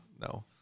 No